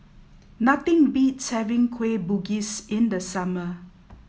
nothing beats having Kueh Bugis in the summer